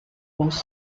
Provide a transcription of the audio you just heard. coast